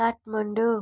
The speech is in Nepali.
काठमाडौँ